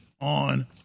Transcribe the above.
on